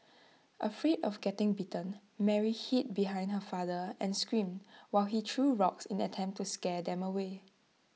afraid of getting bitten Mary hid behind her father and screamed while he threw rocks in an attempt to scare them away